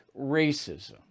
racism